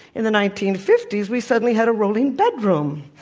in the nineteen fifty s, we suddenly had a rolling bedroom.